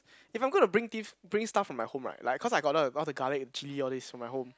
if I'm going to bring things bring stuff from my home right like cause I got the all the garlic and chilli all this from my home